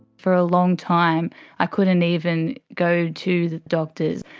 for a long time i couldn't even go to the doctors.